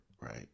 right